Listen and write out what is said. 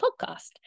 podcast